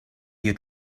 your